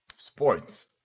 Sports